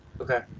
Okay